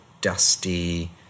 dusty